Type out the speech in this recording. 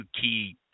key